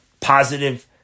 positive